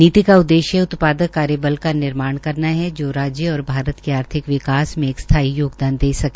नीति का उद्देश्य उत्पादक कार्य बल का निर्माण करना है जो राज्य और भारत के आर्थिक विकास में एक स्थायी योगदान दे सके